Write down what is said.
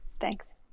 Thanks